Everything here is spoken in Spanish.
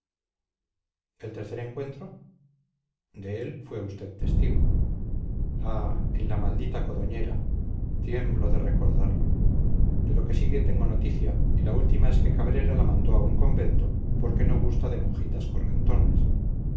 el tercer encuentro de él fue usted testigo ah en la maldita codoñera tiemblo de recordarlo de lo que sigue tengo noticia y la última es que cabrera la mandó a un convento porque no gusta de monjitas